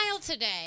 today